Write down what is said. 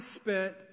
spent